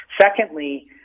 secondly